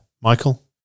Michael